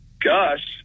Gus